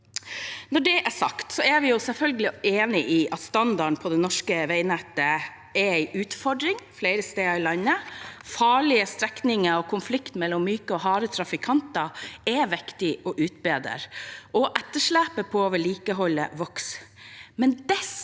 Når det er sagt, er vi selvfølgelig enig i at standarden på det norske veinettet er en utfordring flere steder i landet. Farlige strekninger og konflikt mellom myke og harde trafikanter er viktig å utbedre. Etterslepet på vedlikehold vokser